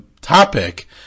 topic